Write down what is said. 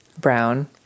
Brown